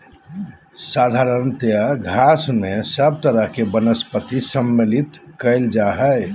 साधारणतय घास में सब तरह के वनस्पति सम्मिलित कइल जा हइ